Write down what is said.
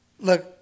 Look